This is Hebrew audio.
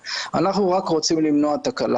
אני מאוד מכבד אותך ומאוד מעריך אותך.